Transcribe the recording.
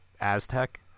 Aztec